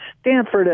Stanford